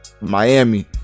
Miami